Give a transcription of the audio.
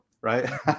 right